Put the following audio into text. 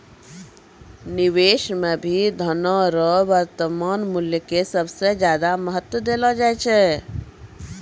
निवेश मे भी धनो रो वर्तमान मूल्य के सबसे ज्यादा महत्व देलो जाय छै